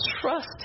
trust